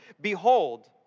Behold